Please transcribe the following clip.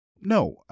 no